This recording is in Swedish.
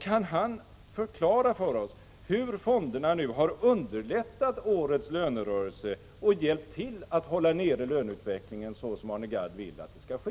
Kan han tala om för oss hur fonderna nu har underlättat årets lönerörelse och hjälpt till att hålla nere löneutvecklingen så som han vill att det skall ske?